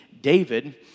David